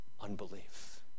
unbelief